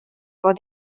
for